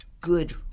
good